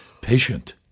patient